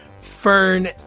Fern